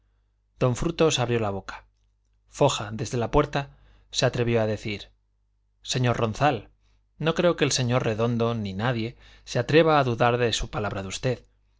don frutos abrió la boca foja desde la puerta se atrevió a decir señor ronzal no creo que el señor redondo ni nadie se atreva a dudar de su palabra de usted